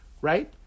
right